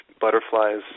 butterflies